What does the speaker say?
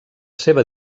seva